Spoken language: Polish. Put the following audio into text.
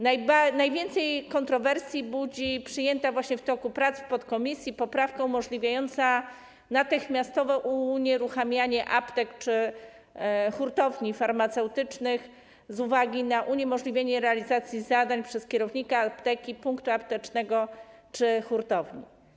Najwięcej kontrowersji budzi przyjęta właśnie w toku prac w podkomisji poprawka umożliwiająca natychmiastowe unieruchamianie aptek czy hurtowni farmaceutycznych z uwagi na uniemożliwienie realizacji zadań przez kierownika apteki, punktu aptecznego czy hurtowni.